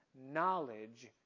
knowledge